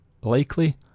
likely